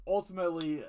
Ultimately